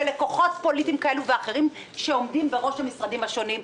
לכוחות פוליטיים כאלה ואחרים שעומדים בראש המשרדים השונים.